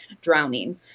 drowning